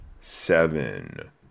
seven